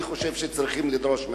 אני חושב שאנחנו צריכים לדרוש מעצמנו.